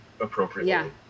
appropriately